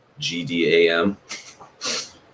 GDAM